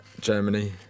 Germany